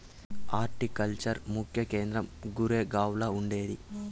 horticulture ముఖ్య కేంద్రం గురేగావ్ల ఉండాది